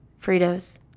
Fritos